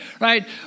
right